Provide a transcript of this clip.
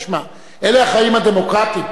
תשמע, אלה החיים הדמוקרטיים.